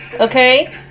Okay